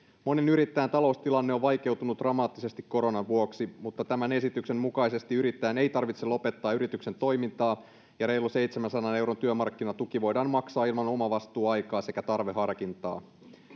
monen yrittäjän taloustilanne on vaikeutunut dramaattisesti koronan vuoksi mutta tämän esityksen mukaisesti yrittäjän ei tarvitse lopettaa yrityksen toimintaa ja reilu seitsemänsadan euron työmarkkinatuki voidaan maksaa ilman omavastuuaikaa sekä tarveharkintaa